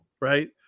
right